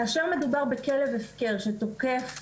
כאשר מדובר בכלב הפקר שתוקף